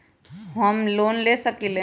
हम लोन ले सकील?